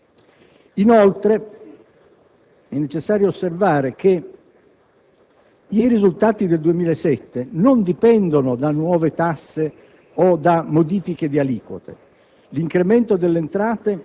È altresì necessario osservare che i risultati del 2007 non dipendono da nuove tasse o da modifiche di aliquote,